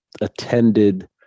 attended